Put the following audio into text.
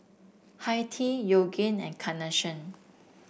Hi Tea Yoogane and Carnation